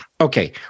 Okay